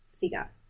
figure